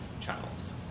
channels